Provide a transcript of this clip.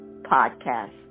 podcast